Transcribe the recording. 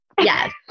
yes